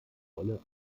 rolle